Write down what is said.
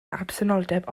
absenoldeb